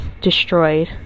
destroyed